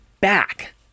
back